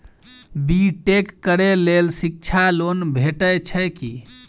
B tech करै लेल शिक्षा लोन भेटय छै की?